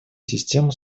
систему